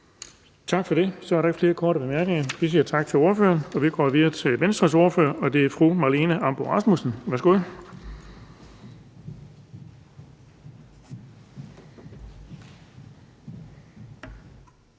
Tak for det. Så er der ikke flere korte bemærkninger. Vi siger tak til Socialdemokratiets ordfører, og vi går videre til Venstres ordfører, fru Marlene Ambo-Rasmussen. Kl.